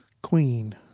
Queen